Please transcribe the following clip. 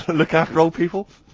but look after old people?